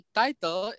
title